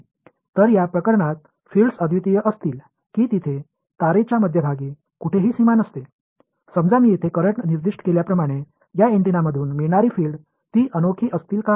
तर या प्रकरणात फील्ड्स अद्वितीय असतील की तिथे तारेच्या मध्यभागी कुठेही सीमा नसते समजा मी येथे करंट निर्दिष्ट केल्याप्रमाणे या अँटेनामधून मिळणारी फील्ड ती अनोखी असतील का